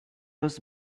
was